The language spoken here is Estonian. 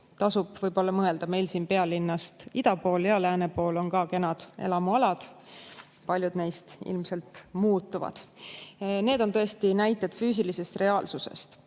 Tasub võib-olla mõelda. Meil siin pealinnast ida pool ja lääne pool on ka kenad elamualad, paljud neist ilmselt muutuvad. Need on tõesti näited füüsilisest reaalsusest. Suur